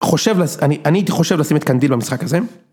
חושב.. אני.. אני הייתי חושב לשים את קנדיל במשחק הזה.